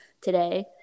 today